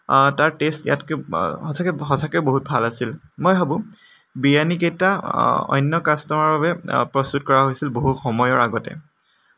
তাৰ টেষ্ট ইয়াতকৈ সঁচাকৈ সঁচাকৈ বহুত ভাল আছিল মই ভাবোঁ বিৰিয়ানি কেইটা অন্য কাষ্টমাৰৰ বাবে প্ৰস্তুত কৰা হৈছিল বহু সময়ৰ আগতে